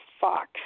Fox